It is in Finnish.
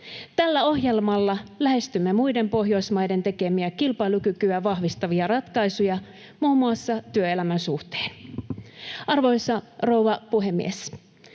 Tällä ohjelmalla lähestymme muiden Pohjoismaiden tekemiä kilpailukykyä vahvistavia ratkaisuja muun muassa työelämän suhteen. Arvoisa rouva puhemies!